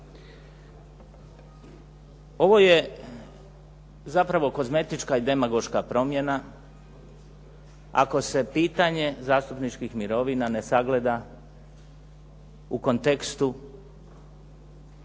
Ovo je zapravo kozmetička i demagoška promjena, ako se pitanje zastupničkih mirovina ne sagleda u kontekstu